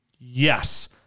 Yes